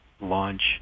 launch